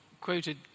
quoted